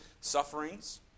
sufferings